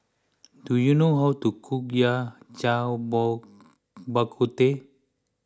do you know how to cook Yao Cai Bak Kut Teh